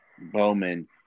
Bowman